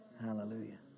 Hallelujah